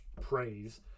praise